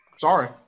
Sorry